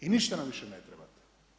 I ništa nam više ne trebate.